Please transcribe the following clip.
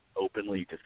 openly